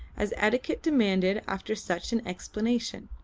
as etiquette demanded after such an explanation.